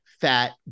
fat